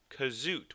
Kazoot